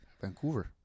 Vancouver